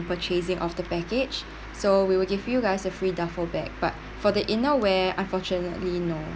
purchasing of the package so we will give you guys a free duffel bag but for the inner wear unfortunately no